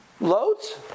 Loads